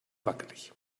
wackelig